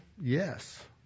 Yes